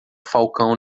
falcão